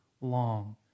long